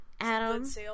Adam